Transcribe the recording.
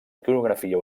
iconografia